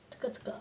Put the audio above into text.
这个这个